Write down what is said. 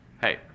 hey